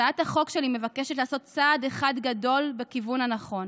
הצעת החוק שלי מבקשת לעשות צעד אחד גדול בכיוון הנכון